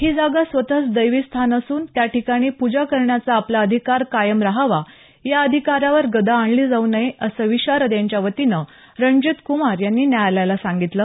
ही जागा स्वतच दैवी स्थान असून त्या ठिकाणी पूजा करण्याचा आपला अधिकार कायम राहावा या अधिकारावर गदा आणली जाऊ नये असं विशारद यांच्यावतीने रणजीत कुमार यांनी न्यायालयाला सांगितलं